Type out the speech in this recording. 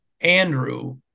Andrew